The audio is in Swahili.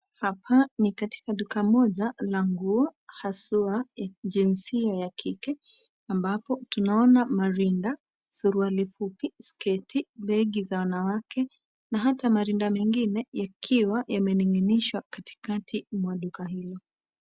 Hapa ni katika duka moja la nguo hasa ya jinsia ya kike ambapo tunaona marinda, suruali fupi, sketi, begi za wanawake na hata marinda mengine yakiwa yamening'inishwa katikati mwa duka hilo.